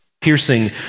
piercing